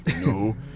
No